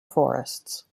forests